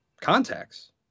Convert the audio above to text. contacts